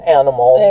animal